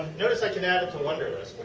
notice i can add it to wunderlist.